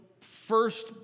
first